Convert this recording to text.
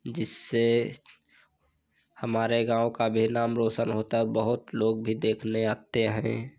जिससे हमारे गाँव का भी नाम रोशन होता है और बहुत लोग भी देखने आते हैं